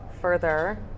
further